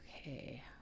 Okay